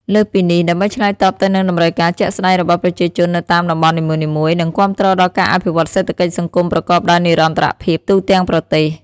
លើសពីនេះ ដើម្បីឆ្លើយតបទៅនឹងតម្រូវការជាក់ស្ដែងរបស់ប្រជាជននៅតាមតំបន់នីមួយៗ និងគាំទ្រដល់ការអភិវឌ្ឍសេដ្ឋកិច្ចសង្គមប្រកបដោយនិរន្តរភាពទូទាំងប្រទេស។